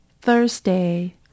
Thursday